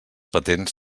patents